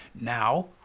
Now